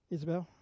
Isabel